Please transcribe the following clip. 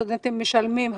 הסטודנטים משלמים,